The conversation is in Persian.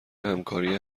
همکاری